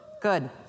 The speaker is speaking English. Good